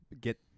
get